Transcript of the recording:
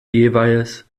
jeweils